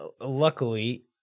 luckily